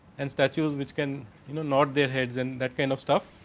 and statues, which can you know not their heads and that kind of stuff.